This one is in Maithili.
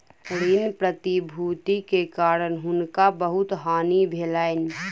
ऋण प्रतिभूति के कारण हुनका बहुत हानि भेलैन